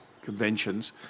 conventions